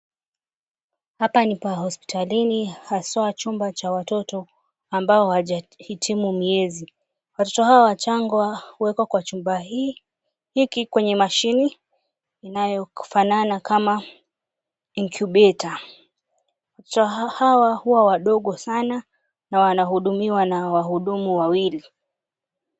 Hapa ni pa hospitalini haswa chumba cha watoto ambao hawajahitimu miezi. Watoto hawa wachanga huwekwa kwa chumba hii hiki kwenye mashini inayofanana kama incubator . Watoto hawa huwa wadogo sana na wanahudumiwa na wahudumu wawili.